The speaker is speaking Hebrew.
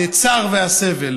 הצער והסבל.